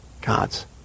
God's